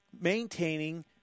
maintaining